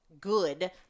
good